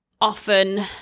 often